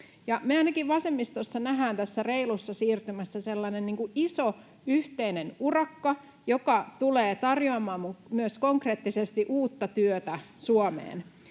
me ainakin vasemmistossa nähdään tässä reilussa siirtymässä sellainen iso, yhteinen urakka, joka tulee tarjoamaan myös konkreettisesti uutta työtä Suomeen.